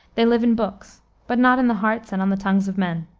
they live in books, but not in the hearts and on the tongues of men.